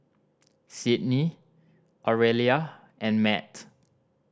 Sydni Aurelia and Matt